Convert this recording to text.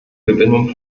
gewinnung